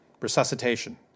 resuscitation